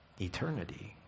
eternity